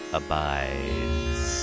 abides